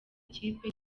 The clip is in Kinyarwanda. kipe